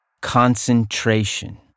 Concentration